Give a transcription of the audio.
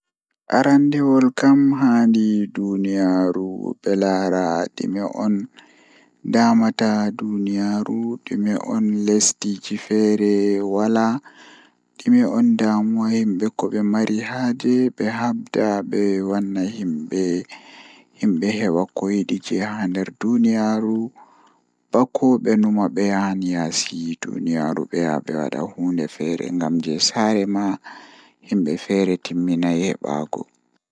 Waawugol ko ɗi njogordi ɗi heɓde tagɗungol e laawol, Sabu ɗum njikataaɗo waɗde heɓde waɗde fota ko ɗi ngoodi e aduna. Ko wadi toɓɓe woni e jammaaji ɗi ngal, Kaɗi waawataa njogordal konngol naatude aduna kaɗi ngal. Kono ɗum njogitaa heɓde heɓre e semmbugol waɗi ko a ɗum sooytaa, Kadi waɗata e waɗal njikataaɗo goɗɗum.